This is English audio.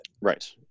Right